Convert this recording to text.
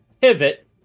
pivot